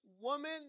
woman